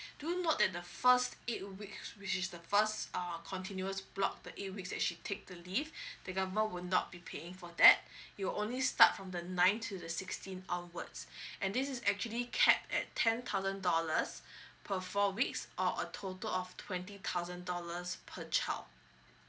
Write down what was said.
do note that the first eight weeks which is the first uh continuous block the eight weeks actually take the leave the government will not be paying for that you're only start from the nine to the sixteen onwards and this is actually capped at ten thousand dollars per four weeks or a total of twenty thousand dollars per child